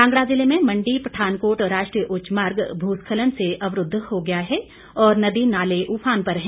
कांगड़ा जिले में मंडी पठानकोट राष्ट्रीय उच्च मार्ग भूस्खलन से अवरूद्व हो गया है और नदी नाले उफान पर हैं